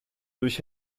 durch